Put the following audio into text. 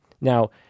Now